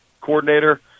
Coordinator